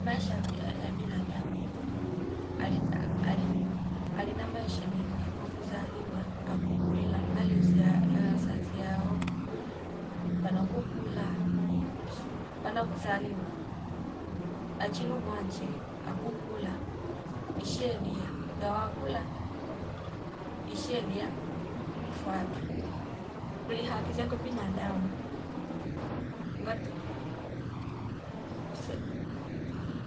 Maiasha ya- yaya binadamu alim- alina maisha nyingo fuma kuzaliwa akukula malezi ya- ya wazazi yao pano kukula chi pana kuzaliwa achilu mwanje akukula isheria ngawa kula isheria ikufwatu kuli haki zakwe binadamu ngatu